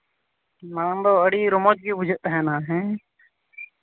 ᱢᱟᱲᱟᱝ ᱫᱚ ᱟᱹᱰᱤ ᱨᱚᱢᱚᱡᱽ ᱜᱮ ᱵᱩᱡᱷᱟᱹᱜ ᱛᱟᱦᱮᱱᱟ ᱦᱮᱸ